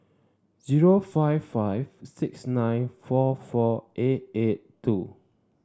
zero five five six nine four four eight eight two